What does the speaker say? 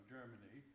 Germany